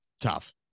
Tough